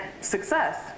success